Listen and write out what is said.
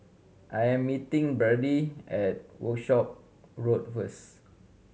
I'm meeting Byrdie at Workshop Road first